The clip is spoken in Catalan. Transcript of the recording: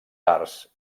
arts